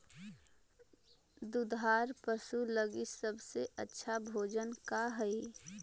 दुधार पशु लगीं सबसे अच्छा भोजन का हई?